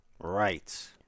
Right